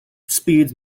speeds